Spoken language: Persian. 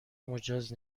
مجاز